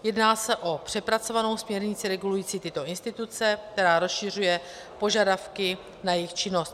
Jedná se o přepracovanou směrnici regulující tyto instituce, která rozšiřuje požadavky na jejich činnost.